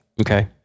Okay